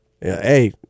Hey